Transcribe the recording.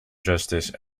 justice